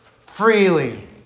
freely